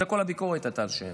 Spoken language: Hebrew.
זו כל הביקורת שהייתה.